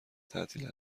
تعطیل